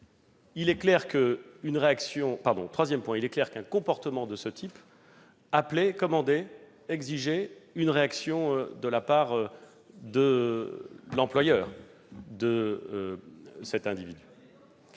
il est clair qu'un comportement de ce type exigeait une réaction de la part de l'employeur de cet individu.